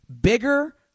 bigger